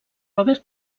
robert